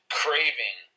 craving